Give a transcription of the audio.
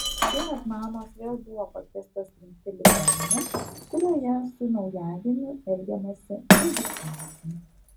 šiemet mamos vėl buvo pakviestos rinkti ligoninę kurioje su naujagimiu elgiamasi draugiškiausiai